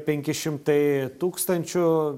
penki šimtai tūkstančių